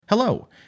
Hello